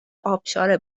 ابشار